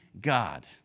God